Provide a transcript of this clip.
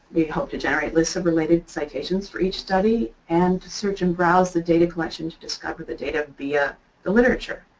we hope to generate list of related citations for each study and search and browse the data collection to discover the data via the literature.